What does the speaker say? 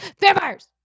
Vampires